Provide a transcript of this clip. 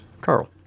Carl